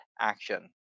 action